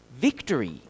victory